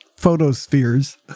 photospheres